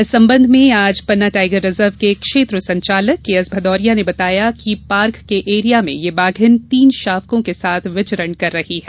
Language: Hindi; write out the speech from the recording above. इस सम्बंध में आज पन्ना टाइगर रिजर्व के क्षेत्र संचालक केएस भदौरिया ने बताया कि पार्क के एरिया में ये बाघिन तीन शावकों के साथ विचरण कर रही है